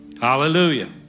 Hallelujah